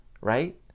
Right